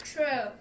True